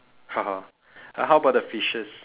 then how about the fishes